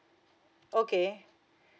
okay